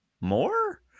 more